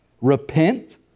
Repent